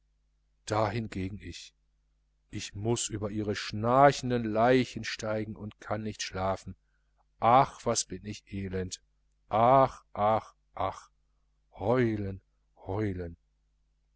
dahingegen ich ich muß über ihre schnarchenden leichen steigen und kann nicht schlafen ach was bin ich elend ach ach ach heulen heulen